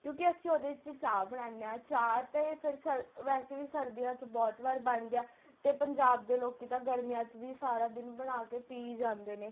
ਕਿਉਂਕਿ ਅਸੀਂ ਉਹਦੇ ਵਿੱਚ ਚਾਹ ਬਣਾਨੇ ਹਾਂ ਚਾਹ ਅਤੇ ਫਿਰ ਸਰ ਵੈਸੇ ਵੀ ਸਰਦੀਆਂ 'ਚ ਬਹੁਤ ਵਾਰ ਬਣਦੀ ਆ ਅਤੇ ਪੰਜਾਬ ਦੇ ਲੋਕ ਤਾਂ ਗਰਮੀਆਂ 'ਚ ਵੀ ਸਾਰਾ ਦਿਨ ਬਣਾ ਕੇ ਪੀਈ ਜਾਂਦੇ ਨੇ